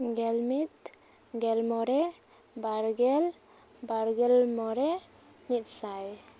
ᱜᱮᱞ ᱢᱤᱫ ᱜᱮᱞ ᱢᱚᱬᱮ ᱵᱟᱨ ᱜᱮᱞ ᱵᱟᱨᱜᱮᱞ ᱢᱚᱬᱮ ᱢᱤᱫ ᱥᱟᱭ